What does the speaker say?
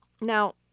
Now